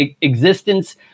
existence